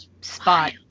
spot